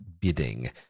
bidding